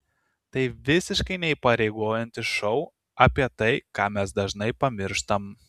tai visiškai neįpareigojantis šou apie tai ką mes dažnai pamirštam